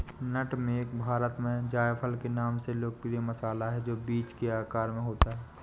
नट मेग भारत में जायफल के नाम से लोकप्रिय मसाला है, जो बीज के आकार में होता है